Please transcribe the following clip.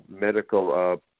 medical